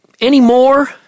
Anymore